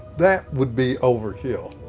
that would be overkill.